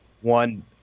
One